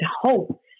hope